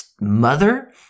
mother